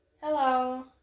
Hello